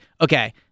okay